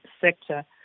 sector